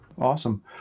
Awesome